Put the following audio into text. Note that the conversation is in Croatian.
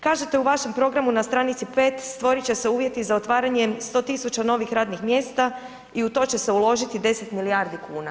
Kažete u vašem programu na stranici pet, stvorit će se uvjeti za otvaranje 100.000 novih radnih mjesta i u to će se uložiti 10 milijardi kuna.